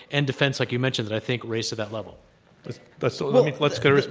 and defense, like you mentioned, that i think raise to that level. but so let me let's get a